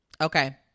Okay